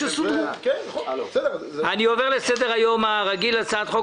אני עובר לטיפול בסדר היום הרגיל: הצעת חוק